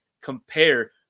compare